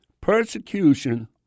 persecution